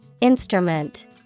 Instrument